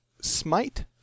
Smite